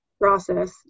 process